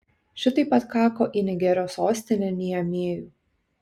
šitaip atkako į nigerio sostinę niamėjų